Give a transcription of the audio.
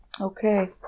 Okay